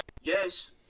yes